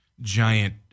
giant